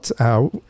out